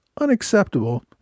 unacceptable